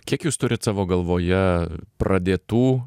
kiek jūs turit savo galvoje pradėtų